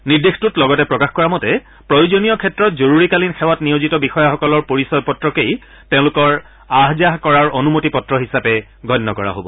নিৰ্দেশটোত লগতে প্ৰকাশ কৰা মতে প্ৰয়োজনীয় ক্ষেত্ৰত জৰুৰীকালীন সেৱাত নিয়োজিত বিষয়াসকলৰ পৰিচয় পত্ৰকেই তেওঁলোকৰ আহ যাহ কৰাৰ অনুমতি পত্ৰ হিচাপে গণ্য কৰা হব